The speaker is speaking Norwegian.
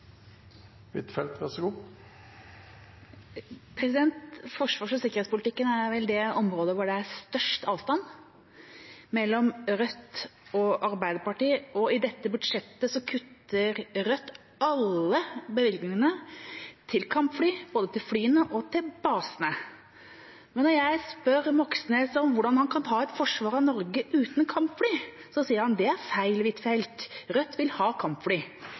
størst avstand mellom Rødt og Arbeiderpartiet, og i dette budsjettet kutter Rødt alle bevilgningene til kampfly, både til flyene og til basene. Men når jeg spør Moxnes om hvordan han kan ha et forsvar av Norge uten kampfly, sier han: Det er feil, Huitfeldt, Rødt vil ha kampfly.